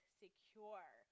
secure